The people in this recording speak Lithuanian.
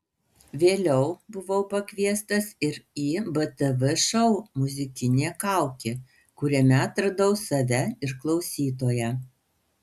vėliau buvau pakviestas ir į btv šou muzikinė kaukė kuriame atradau save ir klausytoją